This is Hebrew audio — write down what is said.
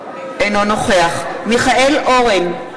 אינו נוכח מיכאל אורן,